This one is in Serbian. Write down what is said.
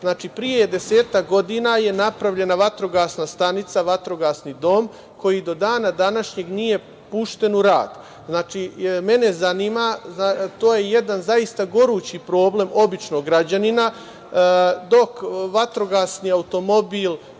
Znači, pre desetak godina je napravljena vatrogasna stanica, vatrogasni dom koji do dana današnjeg nije pušten u rad. Mene zanima, to je jedan zaista gorući problem običnog građanina, dok vatrogasni automobil,